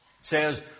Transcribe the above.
says